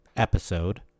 episode